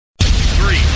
Three